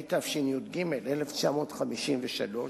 התשי"ג 1953,